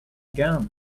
gun